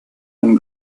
and